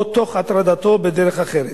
או תוך הטרדתו בדרך אחרת.